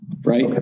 right